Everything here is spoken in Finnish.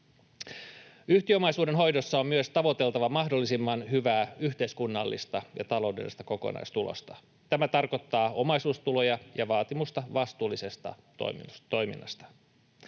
Yhtiöomaisuuden hoidossa on myös tavoiteltava mahdollisimman hyvää yhteiskunnallista ja taloudellista kokonaistulosta. Tämä tarkoittaa omaisuustuloja ja vaatimusta vastuullisesta toiminnasta.